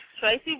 Tracy